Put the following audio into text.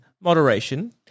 moderation